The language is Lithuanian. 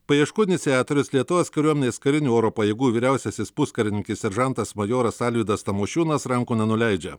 paieškų iniciatorius lietuvos kariuomenės karinių oro pajėgų vyriausiasis puskarininkis seržantas majoras alvydas tamošiūnas rankų nenuleidžia